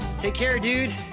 take care, dude.